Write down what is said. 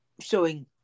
showing